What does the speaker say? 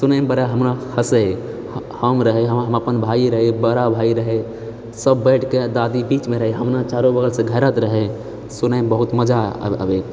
सुनयमे बाद हमरा हँसे हम रहै हमर अपन भाइ रहै हमर बड़ा भाइ रहै सब बैठके आ दादी बीचमे रहै हम ने चारु बगलसँ घेरल रहै सुनयमे बहुत मजा अब आबए